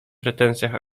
pretensjach